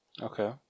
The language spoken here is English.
Okay